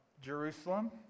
Jerusalem